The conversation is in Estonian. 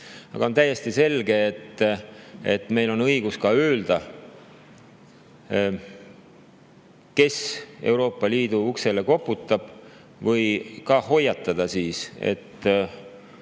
Aga on täiesti selge, et meil on ka õigus öelda, kes Euroopa Liidu uksele koputab, või hoiatada, et